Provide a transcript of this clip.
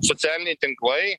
socialiniai tinklai